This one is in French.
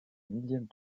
millième